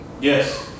Yes